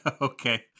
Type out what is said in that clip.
Okay